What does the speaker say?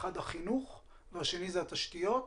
האחד הוא החינוך והשני הוא התשתיות.